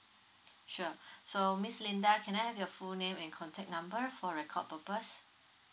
sure so miss Linda can I have your full name and contact number for record purpose